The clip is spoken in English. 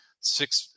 six